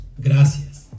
Gracias